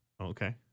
Okay